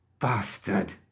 Bastard